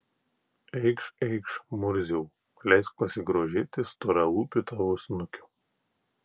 eikš eikš murziau leisk pasigrožėti storalūpiu tavo snukiu